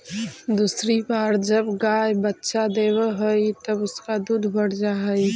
दूसरी बार जब गाय बच्चा देवअ हई तब उसका दूध बढ़ जा हई